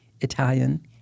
Italian